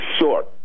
short